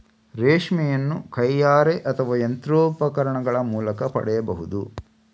ರೇಷ್ಮೆಯನ್ನು ಕೈಯಾರೆ ಅಥವಾ ಯಂತ್ರೋಪಕರಣಗಳ ಮೂಲಕ ಪಡೆಯಬಹುದು